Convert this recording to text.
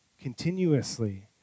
continuously